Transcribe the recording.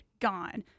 gone